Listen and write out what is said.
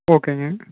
ஓகேங்க